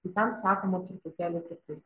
tai ten sakoma truputėlį kitaip